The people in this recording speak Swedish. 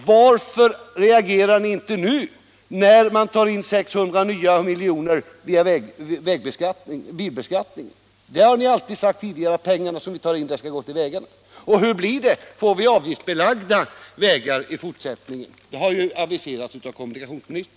Varför reagerar ni inte nu, när man tar in 600 nya miljoner via bilbeskattningen? Ni har tidigare alltid sagt att de pengar som tas in skall gå till vägarna. Får vi avgiftsbelagda vägar i fortsättningen? Det har ju aviserats av kommunikationsministern.